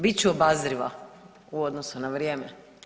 Bit ću obazriva u odnosu na vrijeme.